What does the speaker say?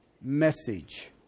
message